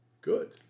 Good